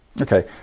okay